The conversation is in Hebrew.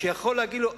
שיכול להגיד לו: